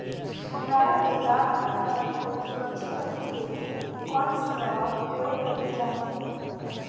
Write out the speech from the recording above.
भण्डारण में दाल अनाज आदि को सुरक्षित रखने के लिए कौन सी दवा प्रयोग करनी चाहिए?